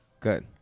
Good